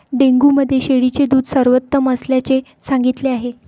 dengue मध्ये शेळीचे दूध सर्वोत्तम असल्याचे सांगितले जाते